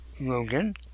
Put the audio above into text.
Logan